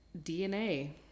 DNA